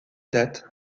date